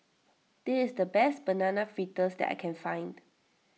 this is the best Banana Fritters that I can find